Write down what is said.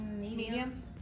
medium